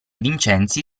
vincenzi